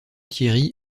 thierry